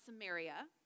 Samaria